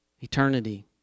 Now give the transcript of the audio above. eternity